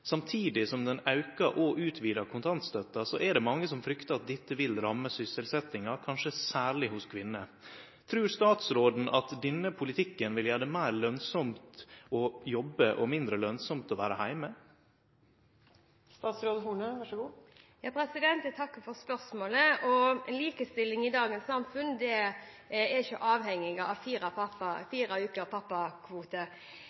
samtidig som ho aukar og utvidar kontantstøtta, er det mange som fryktar at dette vil ramme sysselsetjinga – kanskje særleg hos kvinner. Trur statsråden at denne politikken vil gjere det meir lønsamt å jobbe og mindre lønsamt å vere heime? Jeg takker for spørsmålet. Likestilling i dagens samfunn er ikke avhengig av fire